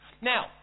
Now